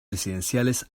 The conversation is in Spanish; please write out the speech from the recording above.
presidenciales